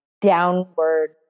downward